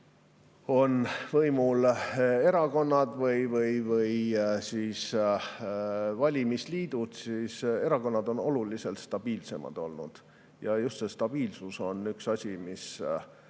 on võimul erakonnad või valimisliidud, siis erakonnad on oluliselt stabiilsemad olnud. Just stabiilsus on üks asi, mis